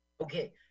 Okay